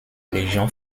légion